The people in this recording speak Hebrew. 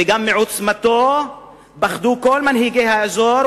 ומעוצמתם פחדו גם כל מנהיגי האזור,